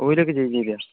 ഓയിലൊക്കെ ചേഞ്ച് ചെയ്തതാണ്